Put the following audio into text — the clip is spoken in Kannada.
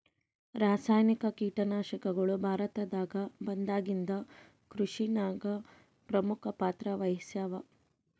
ರಾಸಾಯನಿಕ ಕೀಟನಾಶಕಗಳು ಭಾರತದಾಗ ಬಂದಾಗಿಂದ ಕೃಷಿನಾಗ ಪ್ರಮುಖ ಪಾತ್ರ ವಹಿಸ್ಯಾವ